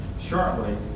shortly